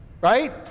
Right